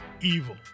evil